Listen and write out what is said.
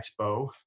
Expo